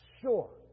sure